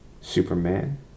Superman